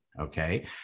okay